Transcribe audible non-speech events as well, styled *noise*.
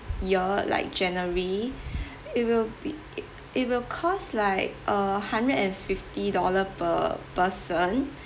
year like january *breath* it will be i~ it will cost like uh hundred and fifty dollar per person